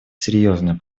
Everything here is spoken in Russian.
серьезной